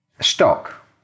stock